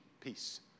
peace